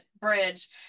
bridge